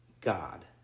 God